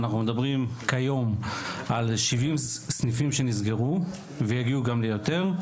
אנחנו מדברים כיום על 70 סניפים שנסגרו ויגיעו גם ליותר.